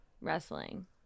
wrestling